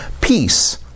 Peace